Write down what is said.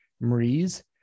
Marie's